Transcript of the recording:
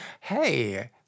Hey